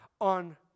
on